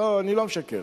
אני לא משקר.